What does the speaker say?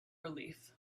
relief